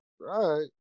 Right